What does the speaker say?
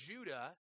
Judah